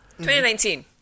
2019